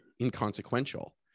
inconsequential